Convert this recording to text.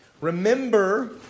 Remember